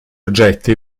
oggetti